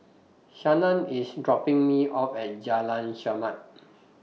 Shannan IS dropping Me off At Jalan Chermat